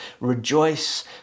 rejoice